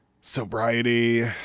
sobriety